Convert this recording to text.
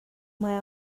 mae